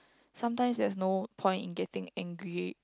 sometimes there's no point in getting angry